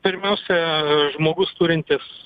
pirmiausia žmogus turintis